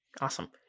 Awesome